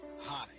Hi